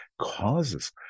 causes